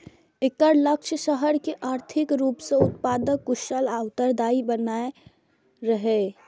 एकर लक्ष्य शहर कें आर्थिक रूप सं उत्पादक, कुशल आ उत्तरदायी बनेनाइ रहै